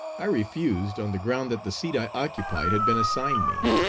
i refused, on the ground that the seat i occupied had been assigned me,